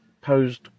posed